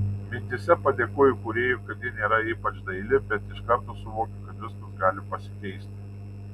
mintyse padėkoju kūrėjui kad ji nėra ypač daili bet iš karto suvokiu kad viskas gali pasikeisti